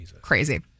crazy